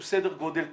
הוא סדר גודל סביר.